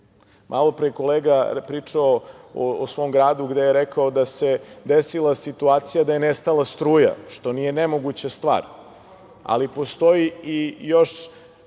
Malopre je kolega pričao o svom gradu gde je rekao da se desila situacija da je nestala struja što nije nemoguća stvar, ali postoji i još